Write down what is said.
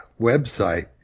website